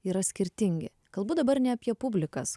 yra skirtingi kalbu dabar ne apie publikas